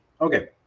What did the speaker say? Okay